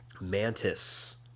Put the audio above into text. Mantis